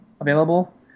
available